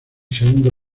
segundo